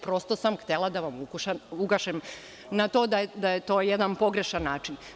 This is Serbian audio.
Prosto sam htela da vam ukažem na to da je to jedan pogrešan način.